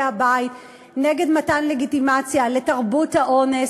הבית נגד מתן לגיטימציה לתרבות האונס,